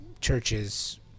churches